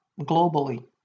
globally